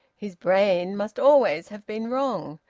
his brain must always have been wrong!